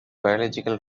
biological